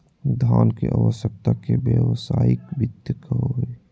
धन के आवश्यकता के व्यावसायिक वित्त कहो हइ